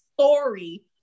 story